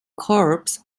corps